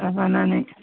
माबानानै